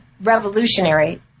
revolutionary